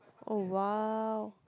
oh !wow!